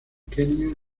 kenia